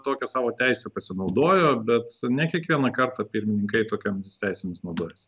tokią savo teisę pasinaudojo bet ne kiekvieną kartą pirmininkai tokiomis teisėmis naudojasi